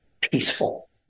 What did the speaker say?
peaceful